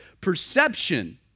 perception